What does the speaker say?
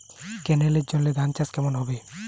কেনেলের জলে ধানচাষ কেমন হবে?